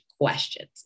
questions